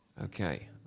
okay